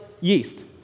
yeast